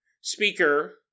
speaker